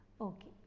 Okay